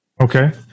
Okay